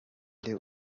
nde